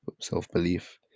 self-belief